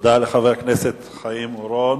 תודה לחבר הכנסת חיים אורון.